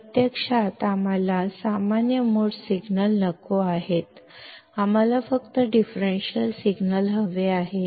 प्रत्यक्षात आम्हाला सामान्य मोड सिग्नल नको आहेत आम्हाला फक्त डिफरेंशियल सिग्नल हवे आहेत